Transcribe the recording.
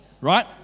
right